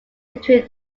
between